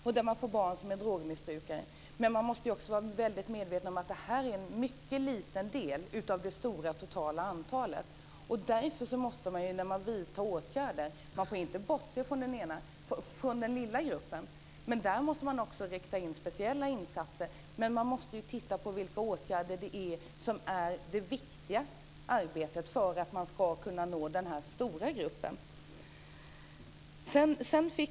Det är också viktigt att när man utarbetar förslagen att man är medveten om att de utgör en mycket liten del av det stora antalet. När man vidtar åtgärder får man inte bortse från att den lilla gruppen behöver speciella insatser, men man måste titta på vilka åtgärder som är viktiga för att nå den stora gruppen.